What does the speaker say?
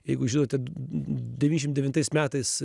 jeigu žinot ten devyniasdešim devintais metais